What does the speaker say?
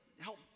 help